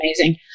amazing